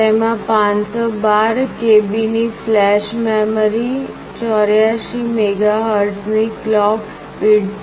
તેમાં 512KB ની flash memory 84 મેગાહર્ટઝની ક્લૉક સ્પીડ છે